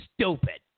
stupid